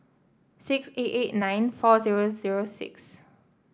six eight eight nine four zero zero six